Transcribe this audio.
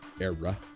era